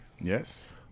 Yes